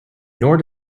nor